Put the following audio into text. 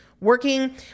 working